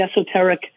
esoteric